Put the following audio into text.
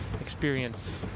experience